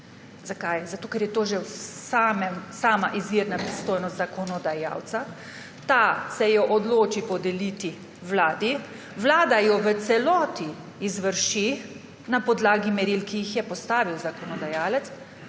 Zakaj? Zato ker je to že sama izvirna pristojnost zakonodajalca, ta se jo odloči podeliti Vladi, Vlada jo v celoti izvrši na podlagi meril, ki jih je postavil zakonodajalec,